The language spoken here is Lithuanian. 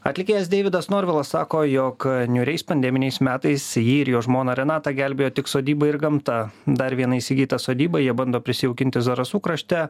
atlikėjas deividas norvilas sako jog niūriais pandeminiais metais jį ir jo žmoną renatą gelbėjo tik sodyba ir gamta dar vieną įsigytą sodybą jie bando prisijaukinti zarasų krašte